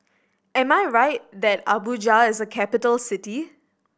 am I right that Abuja is a capital city